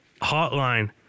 hotline